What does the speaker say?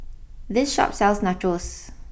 this Shop sells Nachos